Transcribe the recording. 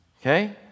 Okay